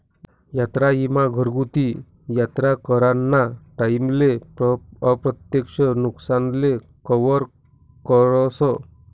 यात्रा ईमा घरगुती यात्रा कराना टाईमले अप्रत्यक्ष नुकसानले कवर करस